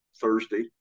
Thursday